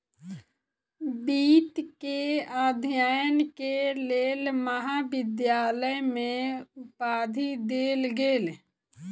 वित्त के अध्ययन के लेल महाविद्यालय में उपाधि देल गेल